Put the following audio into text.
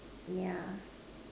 yeah